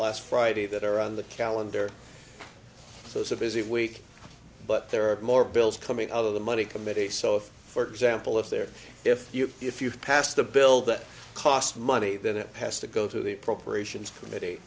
last friday that are on the calendar so it's a busy week but there are more bills coming out of the money committee so if for example if there if you if you pass the bill that costs money that it has to go to the appropriations committee